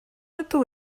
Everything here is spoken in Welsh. ydw